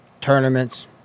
tournaments